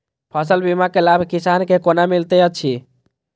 फसल बीमा के लाभ किसान के कोना मिलेत अछि?